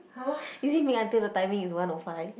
is it make until the timing is one O five